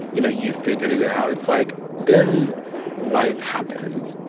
you know, you figured it out, it's like then life happens